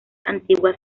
antiguas